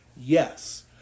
Yes